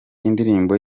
indirimbo